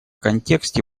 контексте